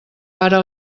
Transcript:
para